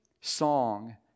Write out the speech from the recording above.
song